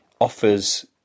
offers